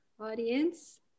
audience